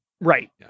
Right